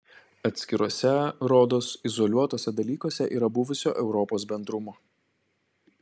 atskiruose rodos izoliuotuose dalykuose yra buvusio europos bendrumo